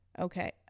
okay